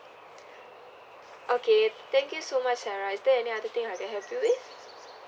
okay thank you so much have a nice day is there any other thing I can help you with